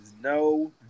no